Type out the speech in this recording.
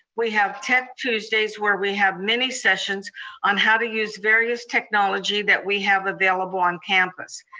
we have tech tuesdays, where we have many sessions on how to use various technology that we have available on campus.